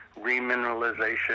remineralization